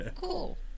Cool